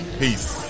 peace